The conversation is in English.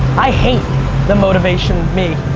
i hate the motivational me,